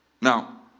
Now